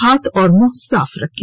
हाथ और मुंह साफ रखें